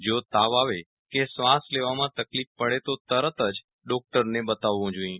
જો તાવ આવે કે શ્વાસ લેવામાં તકલીફ પડે તો તરત જ ડોકટરને બતાવવું જોઈએ